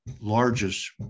largest